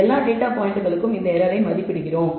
எல்லா டேட்டா பாயிண்ட்களுக்கும் இந்த எரரை மதிப்பிடுகிறோம்